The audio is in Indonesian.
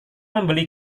membeli